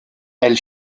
elle